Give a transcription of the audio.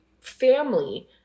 family